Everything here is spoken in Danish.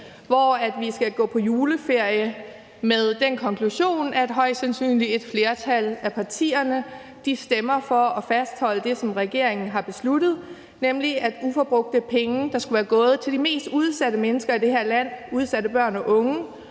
hvor vi skal gå på juleferie med den konklusion, at et flertal af partierne højst sandsynligt stemmer for at fastholde det, som regeringen har besluttet, nemlig at ubrugte penge, der skulle være gået til de mest udsatte mennesker i det her land – udsatte børn og unge